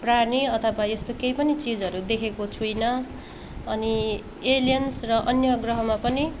प्राणी अथवा यस्तो केही पनि चिजहरू देखेको छुइनँ अनि एलियन्स र अन्य ग्रहमा पनि